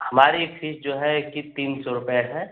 हमारी फिस जो है इसकी तीन सौ रुपए है